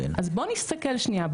אז בוא נסתכל שנייה,